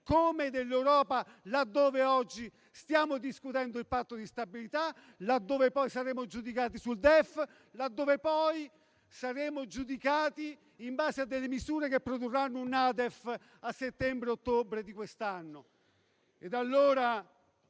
e dell'Europa, laddove oggi stiamo discutendo il Patto di stabilità, laddove poi saremo giudicati sul DEF, laddove poi saremo giudicati in base alle misure che produrranno la NADEF a settembre-ottobre di quest'anno.